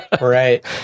Right